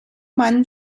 meinen